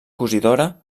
cosidora